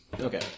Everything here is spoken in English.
okay